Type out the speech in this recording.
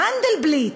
מנדלבליט,